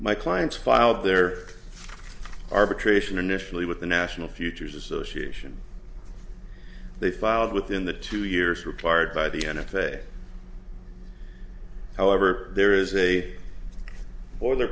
my clients filed their arbitration initially with the national futures association they filed within the two years required by the n s a however there is a or their